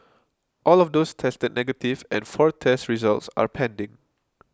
all of those tested negative and four test results are pending